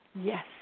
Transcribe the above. Yes